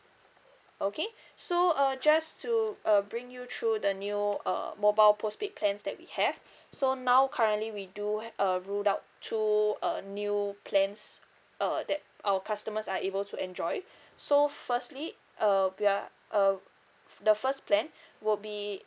okay so uh just to uh bring you through the new uh mobile postpaid plans that we have so now currently we do uh ruled out through a new plans uh that our customers are able to enjoy so firstly uh we are uh the first plan would be